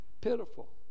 Pitiful